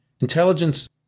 Intelligence